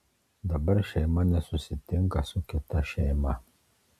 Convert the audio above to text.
dabar šeima nesusitinka su kita šeima